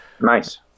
Nice